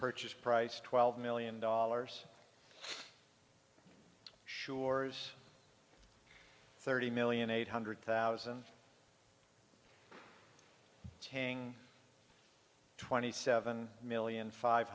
purchase price twelve million dollars sure's thirty million eight hundred thousand tang twenty seven million five